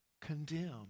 condemn